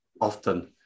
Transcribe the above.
often